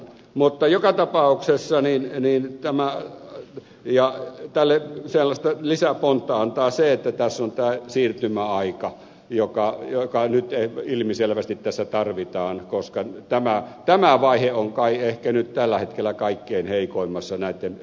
mutta joka tapauksessa niin ja niin ja maa ja tälle lisäpontta antaa se että tässä on tämä siirtymäaika joka nyt ilmiselvästi tässä tarvitaan koska tämä vaihe on kai ehkä nyt tällä hetkellä kaikkein heikoimmassa näitten esittelypuheenvuorojen perusteella